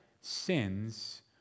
sins